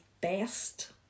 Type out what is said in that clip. best